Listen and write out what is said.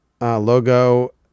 logo